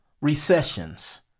recessions